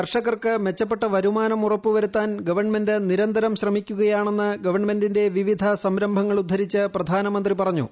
കർഷകർക്ക് മെച്ചപ്പെട്ട വരുമാനം ഉറപ്പുവരുത്താൻ ഗവൺമെന്റ് നിരന്തരം ഗവൺമെന്റിന്റെ വിവിധ സംരംഭങ്ങൾ ഉദ്ധരിച്ച് പ്രധാനമന്ത്രി പറഞ്ഞു